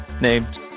named